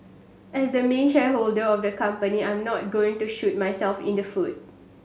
as the main shareholder of the company I'm not going to shoot myself in the foot